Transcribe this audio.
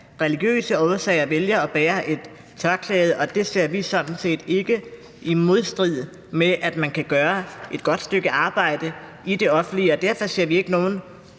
religiøse årsager vælger at bære et tørklæde, og det ser vi sådan set ikke er i modstrid med, at man kan gøre et godt stykke arbejde i det offentlige, og derfor ser vi ikke nogen